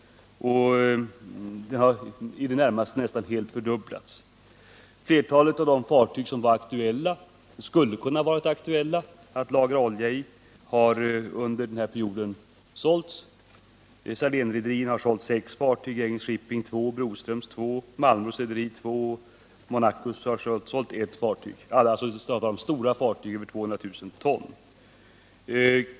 De har i det närmaste fördubblats. Flertalet av de fartyg som då skulle ha kunnat vara aktuella för en oljelagring har under den här perioden sålts. Salénrederierna har sålt sex, Gränges Shipping två, Broströms två, Malmros Rederi två och Monacus Rederi ett fartyg — alla stora fartyg över 200 000 ton.